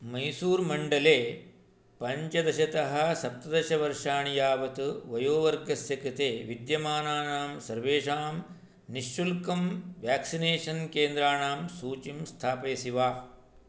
मैसूरमण्डले पञ्चदशतः सप्तदशवर्षाणि यावत् वयोवर्गस्य कृते विद्यमानानां सर्वेषां निःशुल्कं व्याक्सिनेषन् केन्द्राणां सूचिं स्थापयसि वा